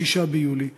6 ביולי,